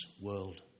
world